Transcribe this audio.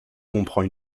comprend